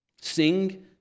Sing